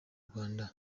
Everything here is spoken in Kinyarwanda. rwanda